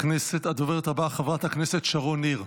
הדוברת הבאה, חברת הכנסת שרון ניר.